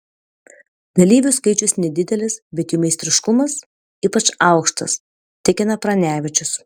dalyvių skaičius nedidelis bet jų meistriškumas ypač aukštas tikina pranevičius